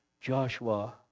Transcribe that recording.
Joshua